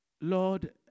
Lord